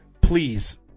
please